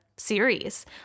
series